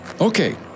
Okay